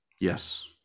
Yes